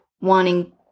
wanting